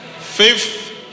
Fifth